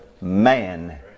man